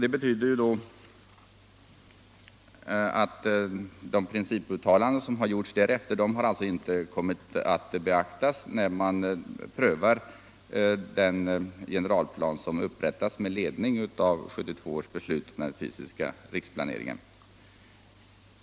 Det betyder då att de principuttalanden som har gjorts därefter inte har kommit att beaktas vid prövningen av den generalplan som upprättats med ledning av 1972 års beslut om den fysiska riksplaneringen.